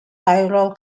tyrrell